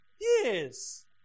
Yes